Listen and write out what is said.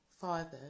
Father